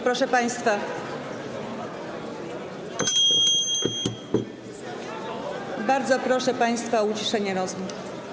Proszę państwa, bardzo proszę państwa o uciszenie rozmów.